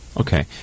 Okay